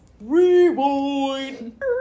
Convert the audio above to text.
rewind